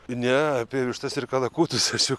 ne apie vištas ir kalakutus aš